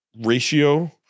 ratio